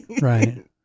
right